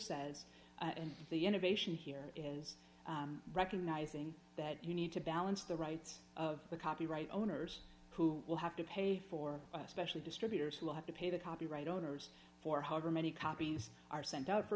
says and the innovation here is recognizing that you need to balance the rights of the copyright owners who will have to pay for especially distributors who will have to pay the copyright owners for however many copies are sent out for